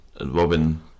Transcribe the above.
Robin